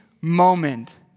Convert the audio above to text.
moment